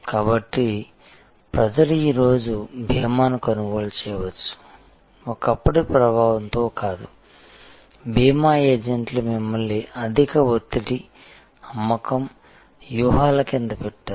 కాబట్టి ప్రజలు ఈరోజు బీమాను కొనుగోలు చేయవచ్చు ఒకప్పటి ప్రభావంతో కాదు బీమా ఏజెంట్లు మిమ్మల్ని అధిక ఒత్తిడి అమ్మకం వ్యూహాల కింద పెట్టారు